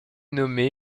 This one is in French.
nommé